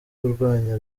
urwanya